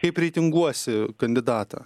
kaip reitinguosi kandidatą